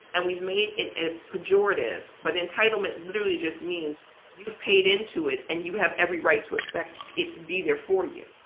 and we've made it a pejorative. but entitlement literally just means you've paid into it and you have every right to expect it to be there for you.